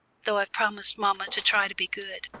though i've promised mamma to try to be good.